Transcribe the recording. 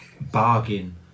bargain